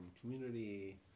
community